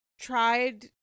tried